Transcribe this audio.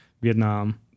Vietnam